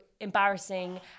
embarrassing